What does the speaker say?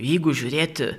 jeigu žiūrėt